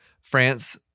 France